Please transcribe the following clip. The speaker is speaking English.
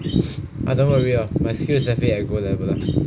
ah don't worry lah my skills is definitely at gold level lah